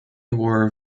were